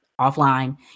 offline